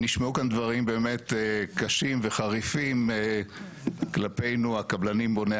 נשמעו כאן דברים באמת קשים וחריפים כלפינו הקבלנים בוני